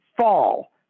fall